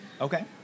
okay